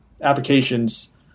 applications